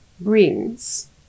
brings